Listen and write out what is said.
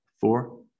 four